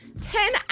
ten